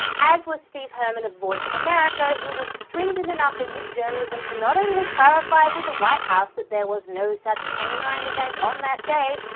as was steve herman of voice of america, who was stringent enough in his journalism to not only clarify with the white house that there was no such canine event on that that day,